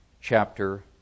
chapter